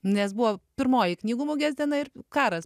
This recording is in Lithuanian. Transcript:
nes buvo pirmoji knygų mugės diena ir karas